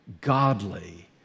godly